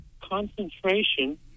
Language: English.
concentration